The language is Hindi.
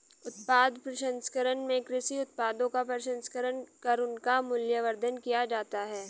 उत्पाद प्रसंस्करण में कृषि उत्पादों का प्रसंस्करण कर उनका मूल्यवर्धन किया जाता है